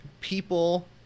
people